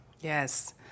Yes